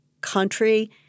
country—